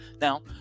Now